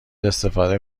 استفاده